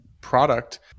product